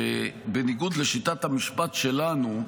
שבניגוד לשיטת המשפט שלנו,